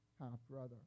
half-brother